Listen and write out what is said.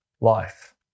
life